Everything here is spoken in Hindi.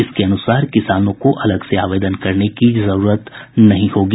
इसके अनुसार किसानों को अलग से आवेदन करने की आवश्यकता नहीं होगी